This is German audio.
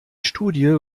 studie